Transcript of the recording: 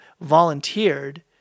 volunteered